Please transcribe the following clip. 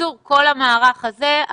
כל המערך הזה.